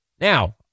Now